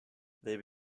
they